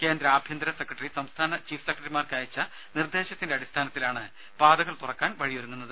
കേന്ദ്ര ആഭ്യന്തര സെക്രട്ടറി സംസ്ഥാന ചീഫ് സെക്രട്ടറിമാർക്കയച്ച നിർദേശത്തിന്റെ അടിസ്ഥാനത്തിലാണ് പാതകൾ തുറക്കാൻ വഴിയൊരുങ്ങുന്നത്